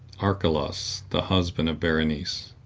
archelaus, the husband of berenice,